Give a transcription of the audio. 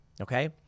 okay